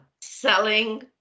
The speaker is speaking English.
selling